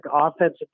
offensive